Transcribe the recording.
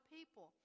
people